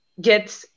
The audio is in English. get